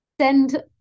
send